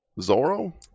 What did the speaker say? Zoro